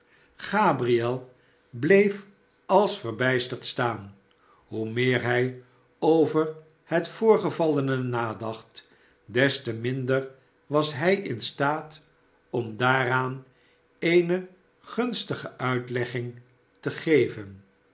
gabriel bleef als verbijsterd staan hoe meer hij over het voorgevallene nadacht des te minder was hij in staat om daaraan eene gunstige uitlegging te geven